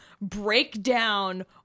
Breakdown